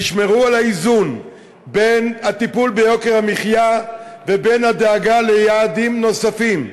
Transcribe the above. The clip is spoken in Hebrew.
תשמרו על האיזון בין הטיפול ביוקר המחיה ובין הדאגה ליעדים נוספים.